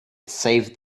saved